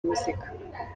muzika